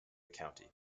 county